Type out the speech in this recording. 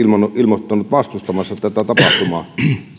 ilmoittanut vastustavansa tätä tapahtumaa